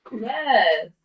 Yes